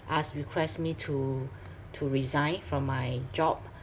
ask request me to to resign from my job